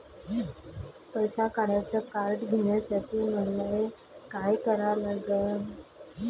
पैसा काढ्याचं कार्ड घेण्यासाठी मले काय करा लागन?